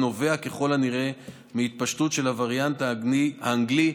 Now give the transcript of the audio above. נובע ככל הנראה מהתפשטות של הווריאנט האנגלי,